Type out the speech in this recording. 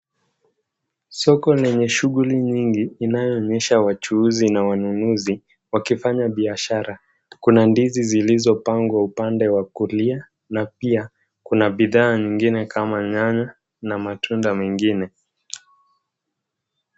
Soko lenye shughuli nyingi inayoonyesha wachuuzi na wanunuzi, wakifanya biashara. Kuna ndizi zilizopangwa upande wa kulia na pia kuna bidhaa nyingine kama nyanya na matunda mengine.